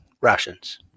rations